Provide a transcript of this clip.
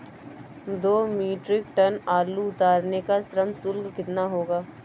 दो metric ton आलू उतारने का श्रम शुल्क कितना होगा?